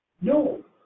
no